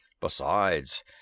Besides